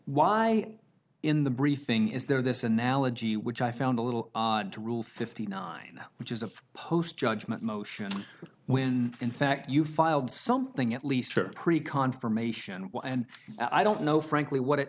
why in the briefing is there this analogy which i found a little odd to rule fifty nine which is a post judgment motion when in fact you filed something at least for a pretty confirmation well and i don't know frankly what it